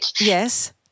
Yes